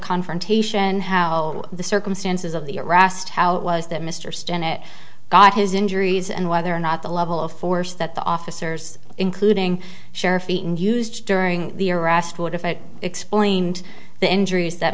confrontation how the circumstances of the erast how it was that mr stinnett got his injuries and whether or not the level of force that the officers including sheriff eaton used during the arrest would affect explained the injuries that